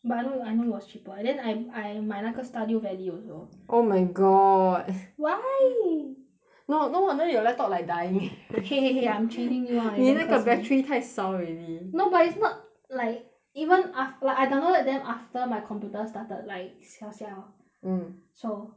but I know I know it was cheaper and I I 买那个 stardew valley also oh my god why no no wonder your laptop like dying !hey! !hey! !hey! I'm changing new [one] eh don't curse me 你那个 battery 太烧 already no but it's not like even af~ like I downloaded them after my computer started like siao siao mm so